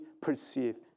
perceive